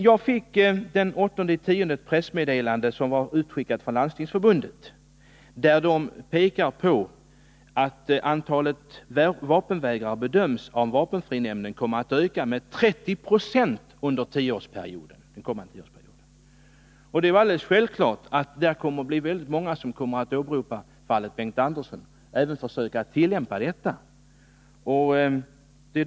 Jag fick den 8 oktober ett pressmeddelande, som var utskickat från Landstingsförbundet och vari det påpekades att antalet vapenvägrare av vapenfrinämnden bedöms komma att öka med 30 26 under en tioårsperiod. Det är alldeles självklart att många då kommer att åberopa fallet Bengt Andersson och även försöka tillämpa detta prejudikat.